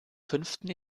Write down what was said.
fünften